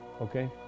okay